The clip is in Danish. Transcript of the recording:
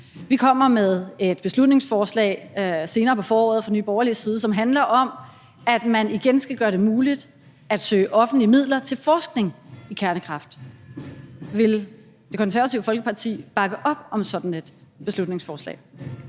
side med et beslutningsforslag senere på foråret, som handler om, at man igen skal gøre det muligt at søge offentlige midler til forskning i kernekraft. Vil Det Konservative Folkeparti bakke op om sådan et beslutningsforslag?